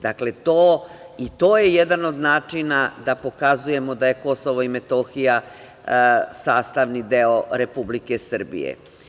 Dakle, i to je jedan od načina da pokazujemo da je KiM sastavni deo Republike Srbije.